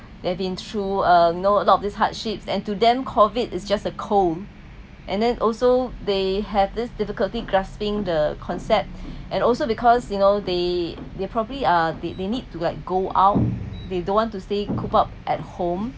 they've been through a know a lot of this hardships and to them COVID is just a cold and then also they have this difficulty grasping the concept and also because you know they they probably are they they need to like go out they don't want to stay cooped up at home